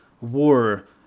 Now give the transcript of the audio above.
war